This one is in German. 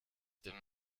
dem